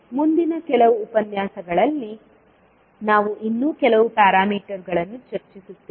ಮುಂದಿನ ಕೆಲವು ಉಪನ್ಯಾಸಗಳಲ್ಲಿ ನಾವು ಇನ್ನೂ ಕೆಲವು ಪ್ಯಾರಾಮೀಟರ್ಗಳನ್ನು ಚರ್ಚಿಸುತ್ತೇವೆ